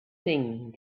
thing